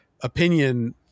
opinion